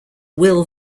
will